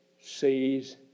sees